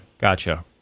gotcha